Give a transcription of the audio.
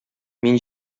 мин